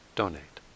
donate